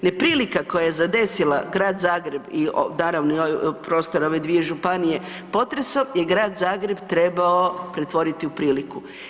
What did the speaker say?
Neprilika koja je zadesila grad Zagreb i naravno prostora ove dvije županije potresom je grad Zagreb trebao pretvoriti u priliku.